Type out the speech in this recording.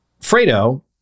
Fredo